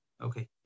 okay